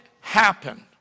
happen